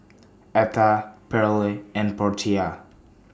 Atha Pearle and Portia